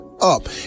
up